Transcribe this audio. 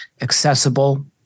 accessible